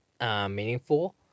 meaningful